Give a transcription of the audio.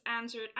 answered